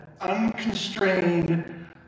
unconstrained